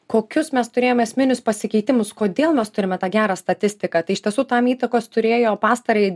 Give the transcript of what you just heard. kokius mes turėjome esminius pasikeitimus kodėl mes turime tą gerą statistiką tai iš tiesų tam įtakos turėjo pastarąjį